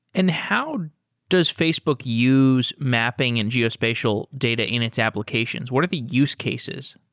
and how does facebook use mapping and geospatial data in its applications? what are the use cases?